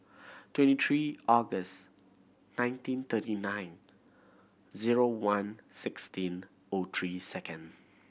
twenty three August nineteen thirty nine zero one sixteen O three second